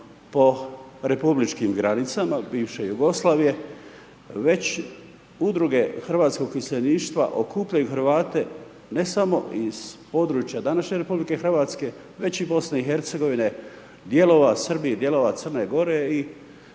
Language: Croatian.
po republičkim granicama bivše Jugoslavije, već udruge hrvatskog iseljeništva, okupljaju Hrvate, ne samo iz područja današnje RH, već i BIH, dijelova Srbija, dijelova Crne Gore i pripadnika